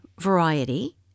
variety